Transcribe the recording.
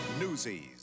Newsies